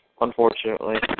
unfortunately